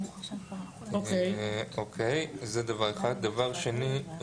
דבר שני,